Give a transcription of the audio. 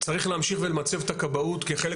צריך להמשיך ולמצב את הכבאות כחלק